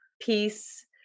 peace